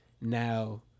now